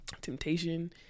temptation